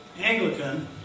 Anglican